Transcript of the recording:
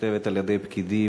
שנכתבת על-ידי פקידים,